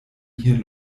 hier